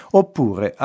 oppure